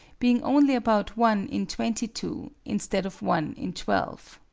being only about one in twenty two, instead of one in twelve.